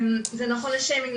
זה נכון לגבי שיימינג,